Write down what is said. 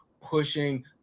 pushing